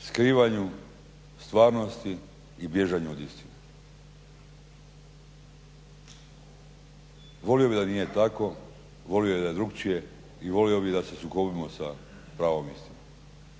skrivanju stvarnosti i bježanju od istine. Volio bih da nije tako, volio bih da je drukčije i volio bih da se sukobimo sa pravom istinom.